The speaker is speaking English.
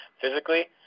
physically